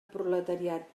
proletariat